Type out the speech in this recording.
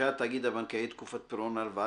ידחה התאגיד הבנקאי את תקופת פירעון ההלוואה,